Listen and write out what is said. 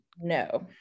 no